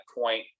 point